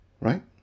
right